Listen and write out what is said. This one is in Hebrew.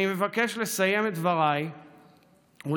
אני מבקש לסיים את דבריי ולצטט